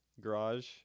garage